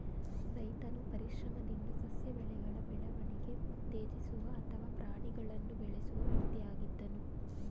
ರೈತನು ಪರಿಶ್ರಮದಿಂದ ಸಸ್ಯ ಬೆಳೆಗಳ ಬೆಳವಣಿಗೆ ಉತ್ತೇಜಿಸುವ ಅಥವಾ ಪ್ರಾಣಿಗಳನ್ನು ಬೆಳೆಸುವ ವ್ಯಕ್ತಿಯಾಗಿದ್ದನು